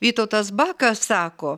vytautas bakas sako